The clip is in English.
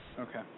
Okay